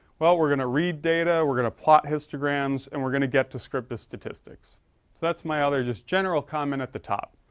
well we're going to read data. we're going to plot histograms and we're going to get to script the statistics. so that's my other just general comment at the top.